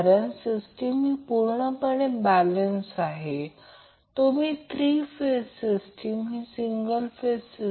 तर हे त्याचप्रमाणे 30° आहे हे साध्या भूमितीवरून समजण्यासारखे आहे